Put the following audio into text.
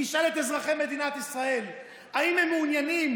נשאל את אזרחי מדינת ישראל: האם הם מעוניינים